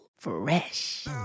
Fresh